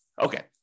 Okay